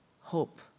hope